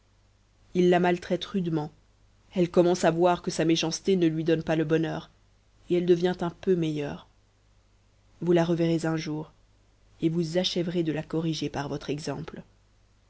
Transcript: il la maltraite rudement elle commence à voir que sa méchanceté ne lui donne pas le bonheur et elle devient un peu meilleure vous la reverrez un jour et vous achèverez de la corriger par votre exemple